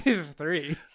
three